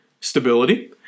stability